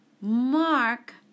mark